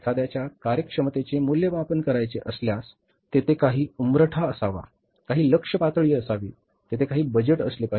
एखाद्याच्या कार्यक्षमतेचे मूल्यमापन करायचे असल्यास तेथे काही उंबरठा असावा काही लक्ष्य पातळी असावी तेथे काही बजेट असले पाहिजे